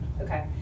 Okay